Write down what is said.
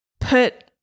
put